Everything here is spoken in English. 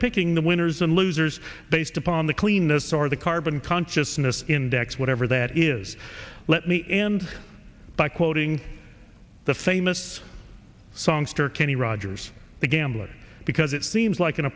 picking the winners and losers based upon the clean this or the carbon consciousness index whatever that is let me end by quoting the famous songster kenny rogers the gambler because it seems like an